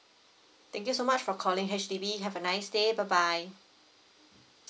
thank you so much for calling H_D_B have a nice day bye bye